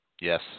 Yes